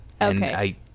Okay